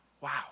Wow